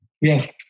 Yes